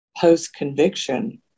post-conviction